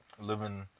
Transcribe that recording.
Living